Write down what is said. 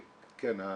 כן.